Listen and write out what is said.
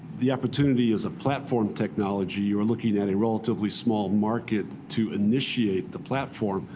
the opportunity is a platform technology. you are looking at a relatively small market to initiate the platform.